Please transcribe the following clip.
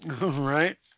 Right